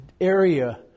area